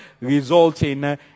resulting